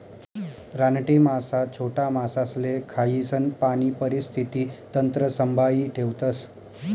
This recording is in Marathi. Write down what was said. रानटी मासा छोटा मासासले खायीसन पाणी परिस्थिती तंत्र संभाई ठेवतस